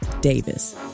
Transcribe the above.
Davis